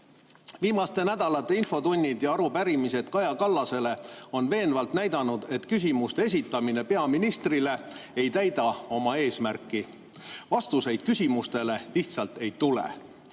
Viimaste nädalate infotunnid ja arupärimised Kaja Kallasele on veenvalt näidanud, et küsimuste esitamine peaministrile ei täida oma eesmärki. Vastuseid küsimustele lihtsalt ei tule.